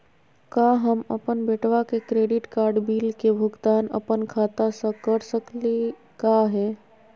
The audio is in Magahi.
का हम अपन बेटवा के क्रेडिट कार्ड बिल के भुगतान अपन खाता स कर सकली का हे?